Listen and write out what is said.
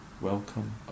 welcome